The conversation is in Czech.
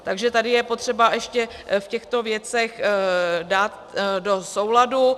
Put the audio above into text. Takže tady je potřeba to ještě v těchto věcech dát do souladu.